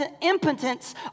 impotence